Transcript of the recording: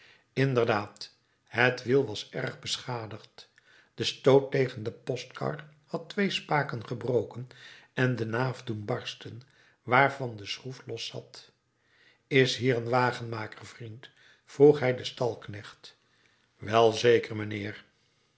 inderdaad het wiel was erg beschadigd de stoot tegen de postkar had twee spaken gebroken en de naaf doen barsten waarvan de schroef los zat is hier een wagenmaker vriend vroeg hij den stalknecht welzeker mijnheer